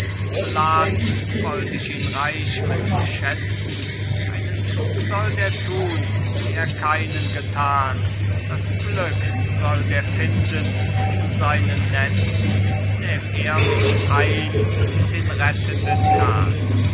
beladen wollt ich ihn reich mit schätzen einen zug sollt er tun wie er keinen getan das glück sollt er finden in seinen netzen nähm er mich ein in den rettenden kahn